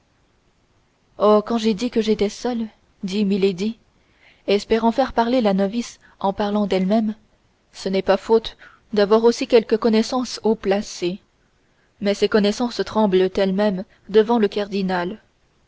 oh quand j'ai dit que j'étais seule dit milady espérant faire parler la novice en parlant d'elle-même ce n'est pas faute d'avoir aussi quelques connaissances haut placées mais ces connaissances tremblent elles-mêmes devant le cardinal